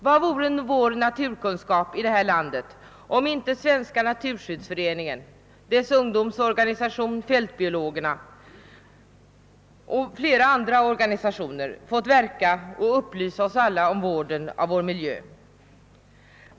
Vad vore vår naturkunskap i detta land, om inte Svenska naturskyddsföreningen med sin ungdomsorganisation Fältbiologerna samt flera andra organisationer fått verka och upplysa oss alla om vården av vår miljö?